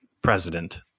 president